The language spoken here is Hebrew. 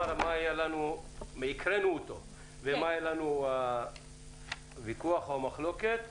וקראנו אותו ונאמר מה היה הוויכוח או המחלוקת,